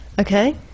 Okay